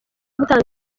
gutanga